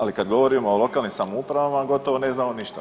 Ali kad govorimo o lokalnim samoupravama gotovo ne znamo ništa.